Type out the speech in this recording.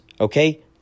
Okay